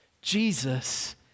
Jesus